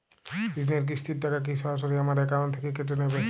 ঋণের কিস্তির টাকা কি সরাসরি আমার অ্যাকাউন্ট থেকে কেটে যাবে?